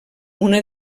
una